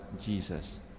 Jesus